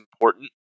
important